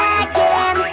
again